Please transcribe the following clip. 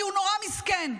כי הוא נורא מסכן.